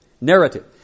narrative